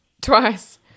Twice